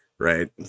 right